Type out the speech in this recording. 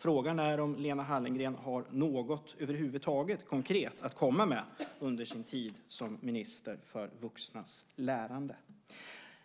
Frågan är om Lena Hallengren har något konkret över huvud taget att komma med under sin tid som minister för vuxnas lärande.